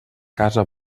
casa